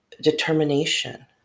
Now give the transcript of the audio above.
determination